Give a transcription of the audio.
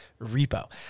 repo